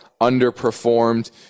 underperformed